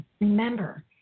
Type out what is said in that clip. Remember